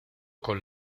con